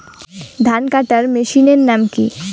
ধান কাটার মেশিনের নাম কি?